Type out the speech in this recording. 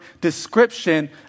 description